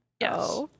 Yes